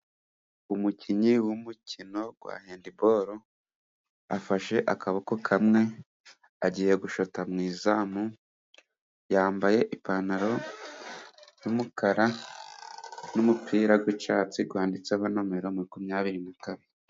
Umukinnyi w'umukino wa hendiboro afashe akaboko kamwe, agiye gushota mu izamu, yambaye ipantaro y'umukara n'umupira w'icyatsi wanditseho nomero makumyabiri na kabiri.